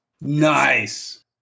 nice